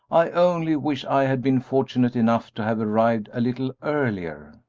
i only wish i had been fortunate enough to have arrived a little earlier.